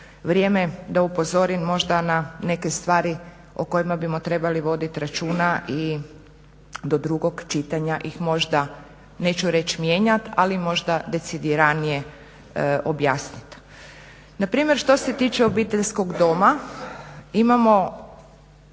vrijeme da upozorim možda na neke stvari o kojima bismo trebali voditi računa i do drugog čitanja ih možda, neću reći mijenjati ali možda decidiranije objasniti. Na primjer što se tiče obiteljskog doma imamo